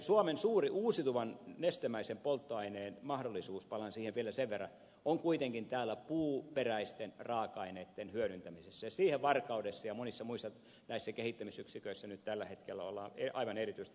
suomen suurin uusiutuvan nestemäisen polttoaineen mahdollisuus palaan siihen vielä sen verran on kuitenkin täällä puuperäisten raaka aineitten hyödyntämisessä ja siihen varkaudessa ja monissa muissa kehittämisyksiköissä tällä hetkellä ollaan aivan erityisesti paneutumassa